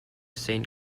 saint